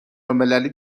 المللی